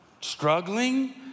Struggling